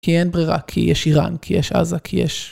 כי אין ברירה, כי יש איראן, כי יש עזה, כי יש...